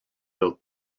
felt